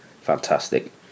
fantastic